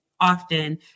often